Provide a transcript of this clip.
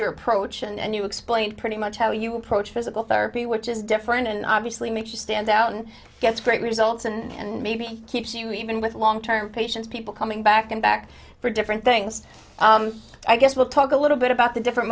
your approach and you explained pretty much how you approach physical therapy which is different and obviously makes you stand out and gets great results and maybe keeps you even with long term patients people coming back and back for different things i guess we'll talk a little bit about the different